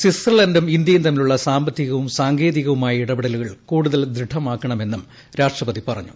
സ്വിറ്റ്സർലണ്ടും ഇന്ത്യയും തമ്മിലുള്ള സാമ്പത്തികവും സാങ്കേതികവുമായ ഇടപെടലുകൾ കൂടുതൽ ദൃഢമാക്കണമെന്നും രാഷ്ട്രപതി പറഞ്ഞു